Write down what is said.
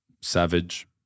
savage